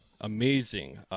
amazing